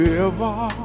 River